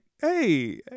hey